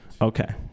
Okay